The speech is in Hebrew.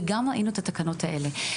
וגם ראינו את התקנות האלה.